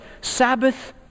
Sabbath